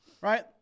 right